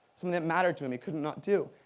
something that mattered to him, he couldn't not do.